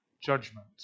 judgment